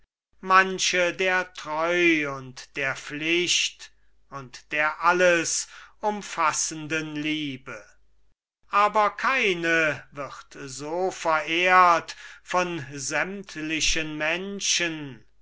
manche der treu und der pflicht und der alles umfassenden liebe aber keine wird so verehrt von sämtlichen menschen